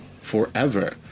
forever